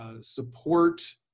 support